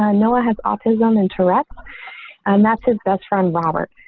ah noah has autism and tourette's and that's his best friend, robert.